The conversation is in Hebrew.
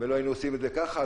ולא היינו עושים את זה ככה,